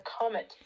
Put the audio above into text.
comment